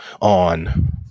on